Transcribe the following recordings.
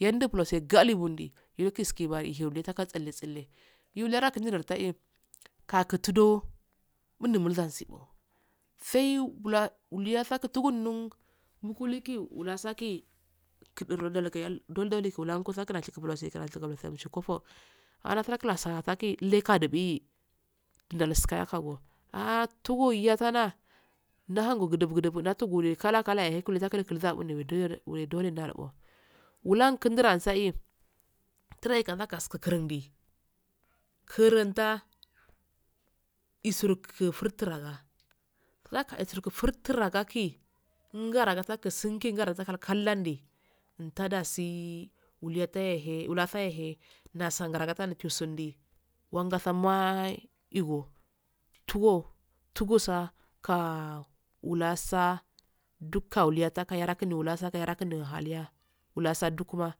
Yendubulosa galibbundi yido luskebayi tsille, tsille, yiwulerandi yetediye kakitudo mundi mulasibbo saii bulowa yiwasikandin mulauliku ulastala laiduryalko daldalih wulanko bwulansisheguleshigalishe can karfo, anaulsaki, lakadibbih nulsakeyo foguwa a'a tunguyatana nahungogudibgudiba naguntula kala-kalashe kule zabinwedoye wedo ndahe wulankindiralani tuesa kaskikurundi kununtaa, isugufurtawanna lakai furtaragalai ngharinsinka garaga kulusinki ngaraga kalkalandi tadassi wuliyehee wulatayee nasangargati wuchusundi wangasama ttuwo tuggosa ka wulasa dukawulinya yaraka yarakiwuli yasa yarankindahaliya wulasa dukuma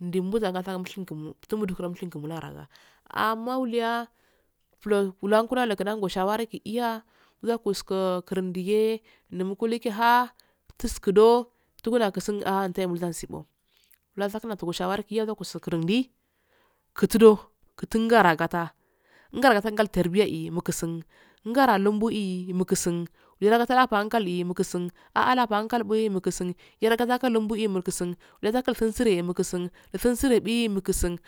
nddibusa kimshikiman tumugoshirmmku mularaga ammawuliyaa fulo walanku n alaki shaniku iyaa lakoski kirundigee numukuh kinaa fuski do fungula kisunaa tu'emulan sibbo wulastungi shawari mulaskisindi kussodo katingarata ngaragutarbiya yi mukusin ngara lumbaii mukusin wuleki akale mukisin a'a labbo ankulsu'e mulkin yarakee combi'e mukusin wulake'esinsire ebi mulusin.